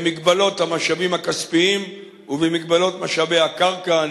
במגבלות המשאבים הכספיים ובמגבלות משאבי הקרקע,